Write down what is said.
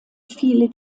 viele